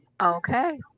okay